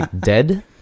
dead